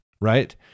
right